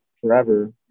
forever